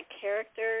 character